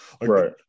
Right